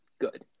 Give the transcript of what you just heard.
good